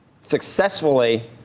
successfully